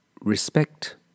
respect